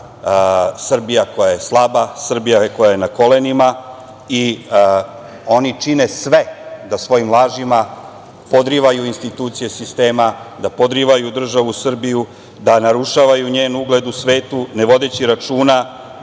Srbija koja je slaba, Srbija koja je na kolenima i oni čine sve da svojim lažima podrivaju institucije sistema, da podrivaju državu Srbiju, da narušavaju njen ugled u svetu, ne vodeći računa,